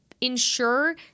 ensure